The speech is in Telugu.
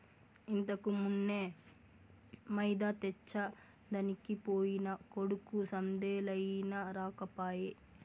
ఇంతకుమున్నే మైదా తెచ్చెదనికి పోయిన కొడుకు సందేలయినా రాకపోయే